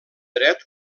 dret